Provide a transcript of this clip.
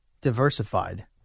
diversified